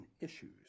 issues